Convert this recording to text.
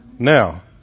Now